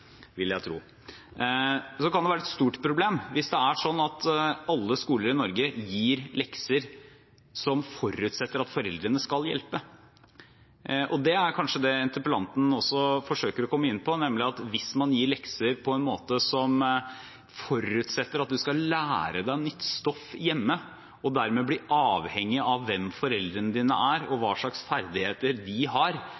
vil jeg tro. Så kan det være et stort problem hvis det er slik at alle skoler i Norge gir lekser som forutsetter at foreldrene skal hjelpe. Det er kanskje det interpellanten også forsøker å komme inn på, nemlig at hvis man gir lekser på en måte som forutsetter at barna skal lære seg nytt stoff hjemme, og dermed er avhengig av hvem foreldrene deres er, og hvilke ferdigheter de har